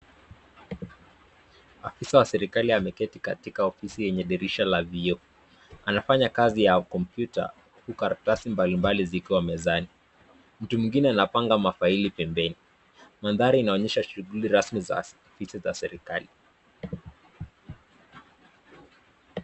Afisa wa serikali ameketi katika ofisi lenye dirisha la vioo, anafanya kazi ya kompyuta, karatasi mbalimbali zikiwa mezani, mtu mwingine anapanga mafaili pembeni, nambari inaonyesha shughuli rasmi za ofisi za serikali.